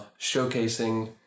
showcasing